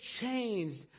changed